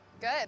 Good